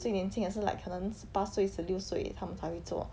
最年轻的是 like 可能十八岁十六岁她们才会做